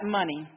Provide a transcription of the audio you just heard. money